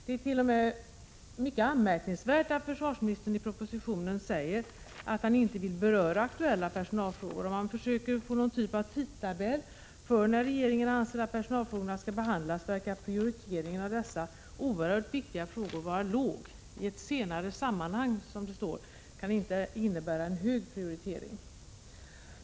Det är t.o.m. mycket anmärkningsvärt att försvarsministern i propositionen säger att han inte vill beröra aktuella personalfrågor. Om man försöker få någon typ av tidtabell för när regeringen anser att personalfrågorna skall behandlas, verkar prioriteringen av dessa oerhört viktiga frågor vara låg. I ett senare sammanhang, som det står, kan det inte innebära en hög prioritering.